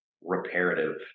reparative